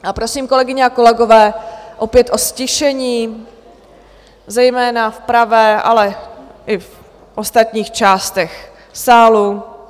A prosím, kolegyně a kolegové, opět o ztišení zejména v pravé, ale i v ostatních částech sálu.